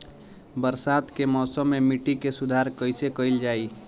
बरसात के मौसम में मिट्टी के सुधार कईसे कईल जाई?